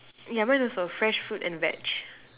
yeah mine also fresh fruit and veg